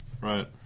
Right